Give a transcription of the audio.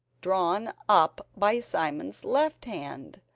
drawn up by simon's left hand,